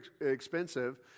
expensive